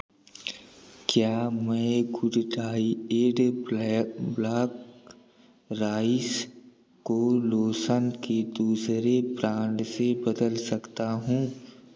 क्या मैं good dyed bla black rice को लोसन की दूसरे ब्रांड से बदल सकता हूँ